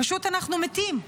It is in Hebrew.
פשוט אנחנו מתים.